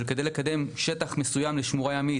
כדי לקדם שטח מסוים לשמורה ימית,